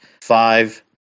five